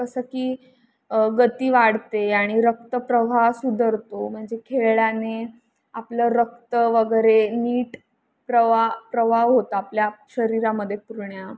कसं की गती वाढते आणि रक्तप्रवाह सुधारतो म्हणजे खेळाने आपलं रक्त वगैरे नीट प्रवा प्रवाह होता आपल्या शरीरामध्ये पूर्ण